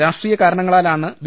രാഷ്ട്രീയ കാരണങ്ങളാലാണ് ബി